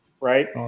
right